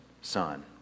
son